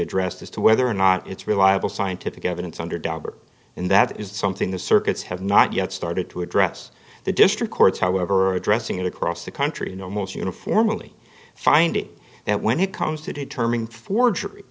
addressed as to whether or not it's reliable scientific evidence under dobber and that is something the circuits have not yet started to address the district courts however are addressing it across the country and almost uniformly finding that when it comes to determining forgery